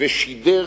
ושידר